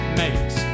makes